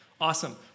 Awesome